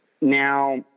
Now